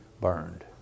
burned